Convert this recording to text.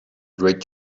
great